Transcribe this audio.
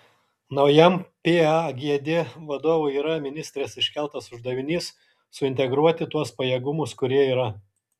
naujam pagd vadovui yra ministrės iškeltas uždavinys suintegruoti tuos pajėgumus kurie yra